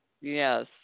Yes